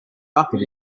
bucket